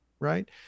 right